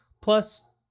Plus